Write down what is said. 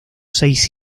seis